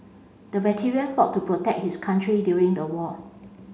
the veteran fought to protect his country during the war